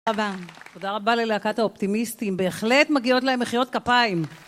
תודה רבה. תודה רבה ללהקת האופטימיסטים, בהחלט מגיעות להם מחיאות כפיים.